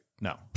no